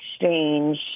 exchange